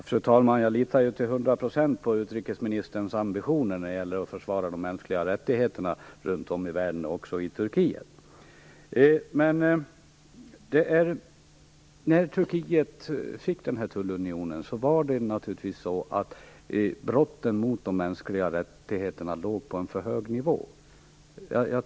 Fru talman! Jag litar till hundra procent på utrikesministerns ambitioner när det gäller att försvara de mänskliga rättigheterna runt om i världen och också i När Turkiet kom med i tullunionen låg brotten mot de mänskliga rättigheterna på en för hög nivå.